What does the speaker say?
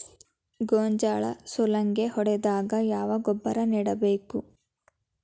ಗೋಂಜಾಳ ಸುಲಂಗೇ ಹೊಡೆದಾಗ ಯಾವ ಗೊಬ್ಬರ ನೇಡಬೇಕು?